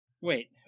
Wait